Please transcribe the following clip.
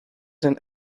zijn